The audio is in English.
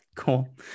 Cool